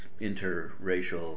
interracial